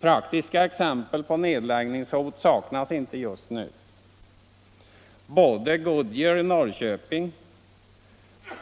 Praktiska exempel på nedläggningshot saknas inte just nu. Både Good Year vid Norrköping